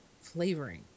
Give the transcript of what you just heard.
flavoring